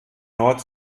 nord